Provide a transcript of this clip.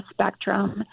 spectrum